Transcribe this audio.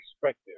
perspective